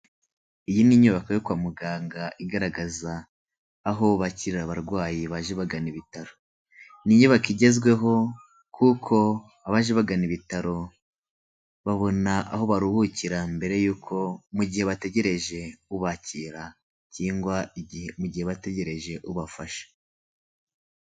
Iyi n'inyubako yo kwa muganga igaragaza aho bakirira abarwayi baje bagana ibitaro, n'inyubako igezweho kuko abaje bagana ibitaro babona aho baruhukira mbere yuko mu gihe bategereje ubakira cyangwa mu gihe bategereje ubafasha.